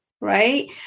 right